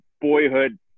boyhood